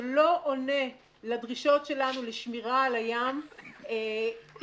שלא עונה לדרישות שלנו לשמירה על הים עניינית.